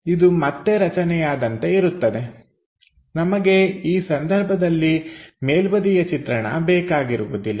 ಇದು ಮತ್ತೆ ರಚನೆಯಾದಂತೆ ಇರುತ್ತದೆ ನಮಗೆ ಈ ಸಂಧರ್ಭದಲ್ಲಿ ಮೇಲ್ಬದಿಯ ಚಿತ್ರಣ ಬೇಕಾಗಿರುವುದಿಲ್ಲ